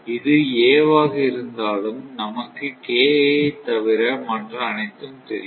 இது a வாக இருந்தாலும் நமக்கு ஐ தவிர மற்ற அனைத்தும் தெரியும்